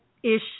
ish